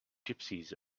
gypsies